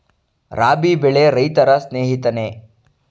ರಾಬಿ ಬೆಳೆ ರೈತರ ಸ್ನೇಹಿತನೇ?